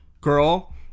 girl